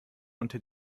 unter